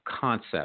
concept